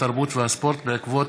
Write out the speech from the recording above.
התרבות והספורט בעקבות